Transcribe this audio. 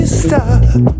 stop